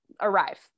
arrive